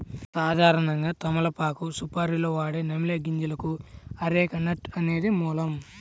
సాధారణంగా తమలపాకు సుపారీలో వాడే నమిలే గింజలకు అరెక నట్ అనేది మూలం